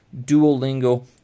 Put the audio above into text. Duolingo